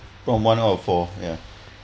from one out of four ya